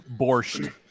Borscht